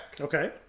Okay